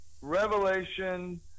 revelation